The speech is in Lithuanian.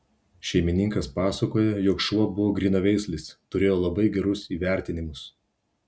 šeimininkas pasakoja jog šuo buvo grynaveislis turėjo labai gerus įvertinimus